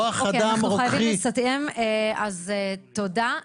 אוקיי, אנחנו חייבים לסיים, אז תודה.